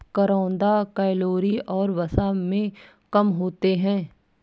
करौंदा कैलोरी और वसा में कम होते हैं